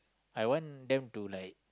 I want them to like